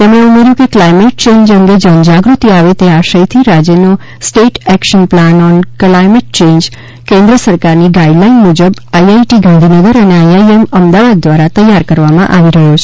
તેમણે ઉમેર્યું કે ક્લાઈમેટ ચેન્જ અંગે જનજાગૃતિ આવે તે આશયથી રાજ્યનો state action plan on climate change કેન્દ્ર સરકારની ગાઈડલાઈન મુજબ આઈઆઈટી ગાંધીનગર અને આઇઆઇએમ અમદાવાદ દ્વારા તૈયાર કરવામાં આવી રહ્યો છે